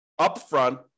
upfront